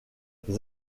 les